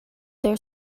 their